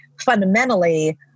fundamentally